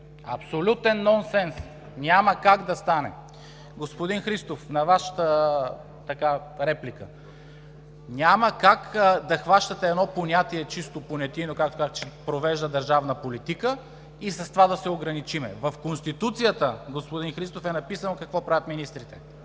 Абсолютен нонсенс, няма как да стане! Господин Христов, на Вашата реплика. Няма как да хващате едно понятие чисто понятийно, както аз чета, „провежда държавна политика“ и с това да се ограничим. В Конституцията, господин Христов, е написано какво правят министрите,